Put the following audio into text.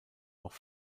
auch